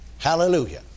Hallelujah